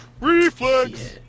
Reflex